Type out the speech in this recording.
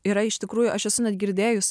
yra iš tikrųjų aš esu net girdėjus